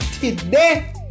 today